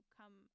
come